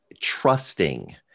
trusting